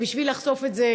בשביל לחשוף את זה,